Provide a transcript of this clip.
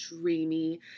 dreamy